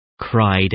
cried